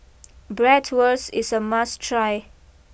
Bratwurst is a must try